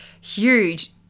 huge